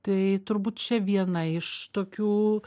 tai turbūt čia viena iš tokių